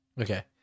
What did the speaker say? Okay